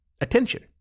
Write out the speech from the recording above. attention